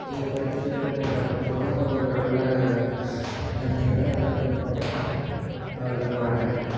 இங்கே படிச்சுட்டு வெளியில் போகிற பசங்களும் ஒரு நல்ல தன்மையோடு நல்ல திறமையோடு தான் வெளியில் போகிறாங்க